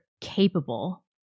capable